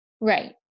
Right